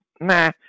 Nah